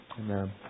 Amen